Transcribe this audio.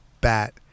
bat